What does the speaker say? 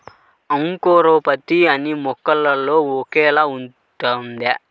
అంకురోత్పత్తి అన్నీ మొక్కల్లో ఒకేలా ఉంటుందా?